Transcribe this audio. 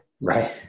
right